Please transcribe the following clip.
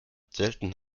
selten